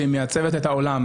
שהיא מעצבת את העולם,